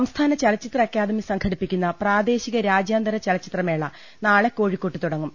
സംസ്ഥാന ചലച്ചിത്ര അക്കാദമി സംഘടിപ്പിക്കുന്ന പ്രാദേശിക രാജ്യാന്തര ചലച്ചിത്ര മേള നാളെ കോഴിക്കോട്ട് തുടങ്ങും